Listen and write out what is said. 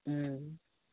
ம்